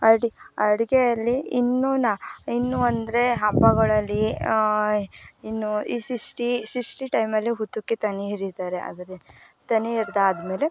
ಅಡಿ ಅಡುಗೆಯಲ್ಲಿ ಇನ್ನು ಇನ್ನೂ ಅಂದರೆ ಹಬ್ಬಗಳಲ್ಲಿ ಇನ್ನೂ ಈ ಷಷ್ಠಿ ಈ ಷಷ್ಠಿ ಟೈಮಲ್ಲೇ ಹುತ್ತಕ್ಕೆ ತನಿ ಎರಿತಾರೆ ಆದರೆ ತನಿ ಎರೆದಾದ್ಮೇಲೆ